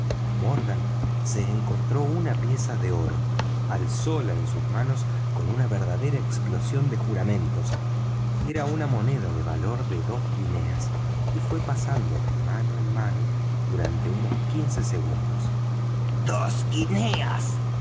morgan se encontró una pieza de oro alzóla en sus manos con una verdadera explosión de juramentos era una moneda de valor de dos guineas y fué pasando de mano en mano durante unos quince segundos dos guineas